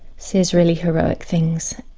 says really heroic things.